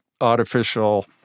artificial